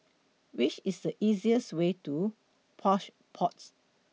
Which IS The easiest Way to Plush Pods